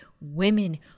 women